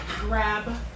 grab